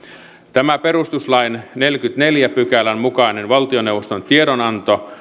tämä perustuslain neljännenkymmenennenneljännen pykälän mukainen valtioneuvoston tiedonanto